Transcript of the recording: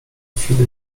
filip